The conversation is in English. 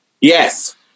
Yes